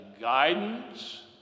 guidance